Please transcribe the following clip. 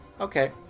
Okay